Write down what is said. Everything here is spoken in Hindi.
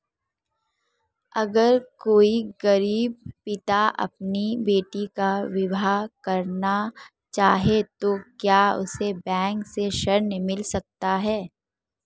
अगर कोई गरीब पिता अपनी बेटी का विवाह करना चाहे तो क्या उसे बैंक से ऋण मिल सकता है?